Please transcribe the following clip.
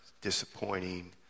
disappointing